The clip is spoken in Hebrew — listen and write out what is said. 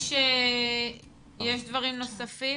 יש דברים נוספים?